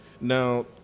Now